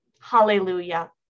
Hallelujah